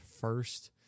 first